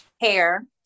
hair